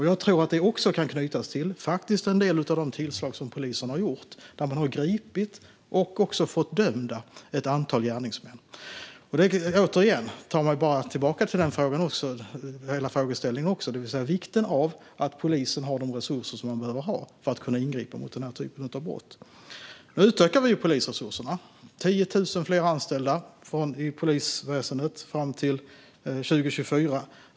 Jag tror också att det kan knytas till en del av de tillslag som polisen har gjort där man har gripit och fått dömda ett antal gärningsmän. Detta tar mig återigen tillbaka till frågorna, nämligen vikten av att polisen har de resurser man behöver för att kunna ingripa mot den typen av brott. Nu utökas polisresurserna. Det ska bli 10 000 fler anställda i polisväsendet fram till 2024.